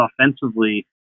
offensively